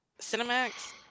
Cinemax